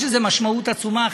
יש לזה משמעות עצומה,